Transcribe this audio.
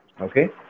Okay